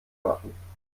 machen